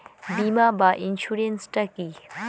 বিমা বা ইন্সুরেন্স টা কি?